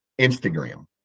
instagram